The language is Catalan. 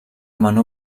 menor